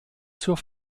zur